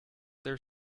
their